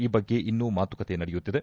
ಈ ಬಗ್ಗೆ ಇನ್ನೂ ಮಾತುಕತೆ ನಡೆಯುತ್ತಿದೆ